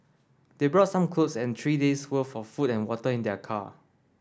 they brought some clothes and three day's worth of food and water in their car